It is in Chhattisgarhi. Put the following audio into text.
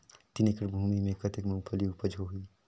तीन एकड़ भूमि मे कतेक मुंगफली उपज होही?